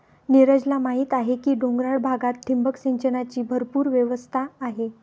नीरजला माहीत आहे की डोंगराळ भागात ठिबक सिंचनाची भरपूर व्यवस्था आहे